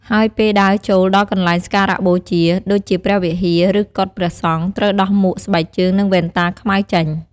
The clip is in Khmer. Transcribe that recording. ហើយពេលដើរចូលដល់កន្លែងសក្ការបូជា ដូចជាព្រះវិហារ ឬកុដិព្រះសង្ឃ ត្រូវដោះមួក ស្បែកជើង និងវ៉ែនតាខ្មៅចេញ។